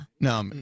no